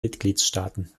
mitgliedstaaten